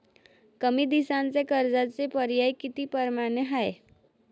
कमी दिसाच्या कर्जाचे पर्याय किती परमाने हाय?